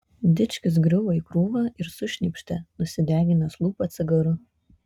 dičkis griuvo į krūvą ir sušnypštė nusideginęs lūpą cigaru